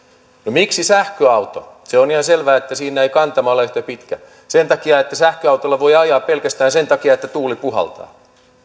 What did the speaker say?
miksi sähköauto se on ihan selvää että siinä ei kantama ole yhtä pitkä sen takia että sähköautolla voi ajaa pelkästään sen takia että tuuli puhaltaa